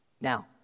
Now